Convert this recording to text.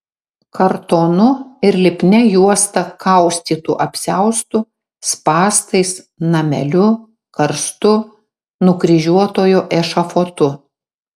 kartonu ir lipnia juosta kaustytu apsiaustu spąstais nameliu karstu nukryžiuotojo ešafotu